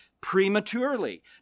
prematurely